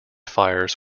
fires